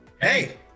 Hey